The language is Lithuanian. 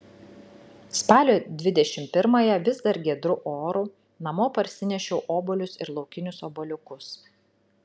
spalio dvidešimt pirmąją vis dar giedru oru namo parsinešiau obuolius ir laukinius obuoliukus